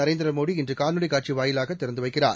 நரேந்திரமோடி இன்று காணொலிக் காட்சி வாயிலாக திறந்து வைக்கிறார்